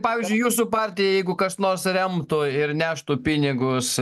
pavyzdžiui jūsų partiją jeigu kas nors remtų ir neštų pinigus